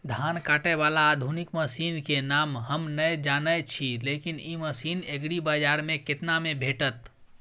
धान काटय बाला आधुनिक मसीन के नाम हम नय जानय छी, लेकिन इ मसीन एग्रीबाजार में केतना में भेटत?